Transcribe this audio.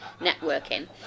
networking